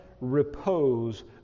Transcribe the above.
repose